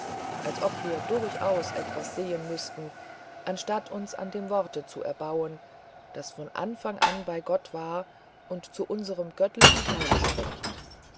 als ob wir durchaus etwas sehen müßten anstatt uns an dem worte zu erbauen das von anfang an bei gott war und zu unserem göttlichen teile spricht